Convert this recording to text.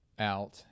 out